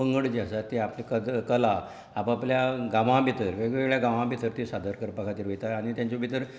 पंगड जे आसा तें आपले क कला आपआपल्या गांवां भितर वेगवेगळ्या गांवां भितर ती सादर करपा खातीर वयताय आनी तेंच्या भितर